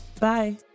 Bye